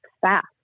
fast